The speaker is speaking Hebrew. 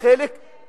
חברת הכנסת רגב.